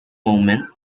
moment